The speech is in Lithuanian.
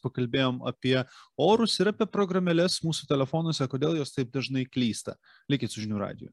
pakalbėjom apie orus ir apie programėles mūsų telefonuose kodėl jos taip dažnai klysta likit su žinių radiju